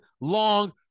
long